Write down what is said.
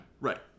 Right